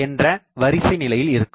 என்ற வரிசைநிலையில் இருக்கும்